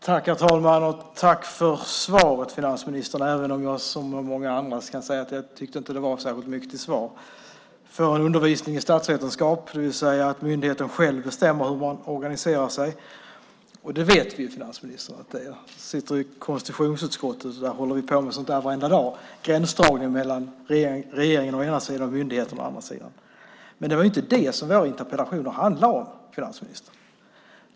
Herr talman! Jag tackar finansministern för svaret, även om jag som många andra kan säga att jag inte tyckte att det var särskilt mycket till svar. Vi får undervisning i statsvetenskap; vi får veta att myndigheten själv bestämmer hur den organiserar sig. Det vet vi, finansministern. Jag sitter i konstitutionsutskottet. Där håller vi på med sådant varenda dag: gränsdragning mellan regeringen å ena sidan och myndigheten å den andra. Men det är inte det som våra interpellationer handlar om, finansministern.